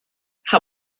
how